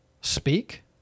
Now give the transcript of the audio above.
speak